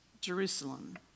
Jerusalem